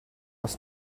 was